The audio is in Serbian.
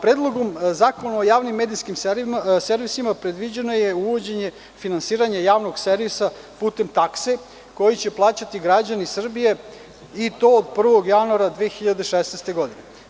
Predlogom zakona o javnim medijskim servisima je predviđeno uvođenje finansiranja javnog servisa putem takse, koju će plaćati građani Srbije i to od 1. januara 2016. godine.